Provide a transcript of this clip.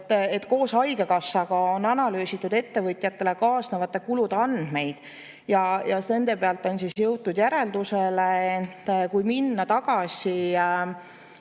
et koos haigekassaga on analüüsitud ettevõtjatele kaasnevate kulude andmeid ja nende põhjal on jõutud järeldusele, et kui minna tagasi